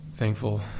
thankful